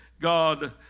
God